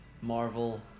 Marvel